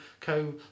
co